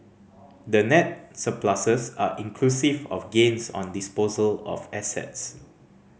the net surpluses are inclusive of gains on disposal of assets